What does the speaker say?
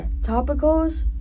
topicals